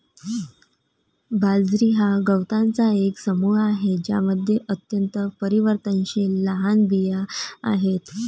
बाजरी हा गवतांचा एक समूह आहे ज्यामध्ये अत्यंत परिवर्तनशील लहान बिया आहेत